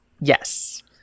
Yes